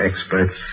experts